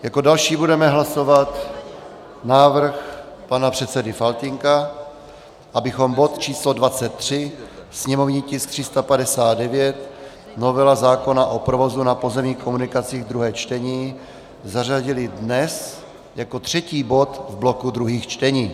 Jako další budeme hlasovat návrh pana předsedy Faltýnka, abychom bod č. 23, sněmovní tisk 359, novela zákona o provozu na pozemních komunikacích, druhé čtení, zařadili dnes jako třetí bod bloku druhých čtení.